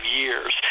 years